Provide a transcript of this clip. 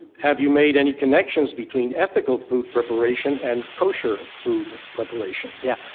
have you made any connections between ethical food preparation and kosher food preparation? yeah,